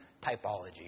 typology